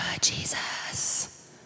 Jesus